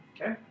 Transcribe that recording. Okay